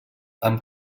amb